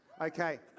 Okay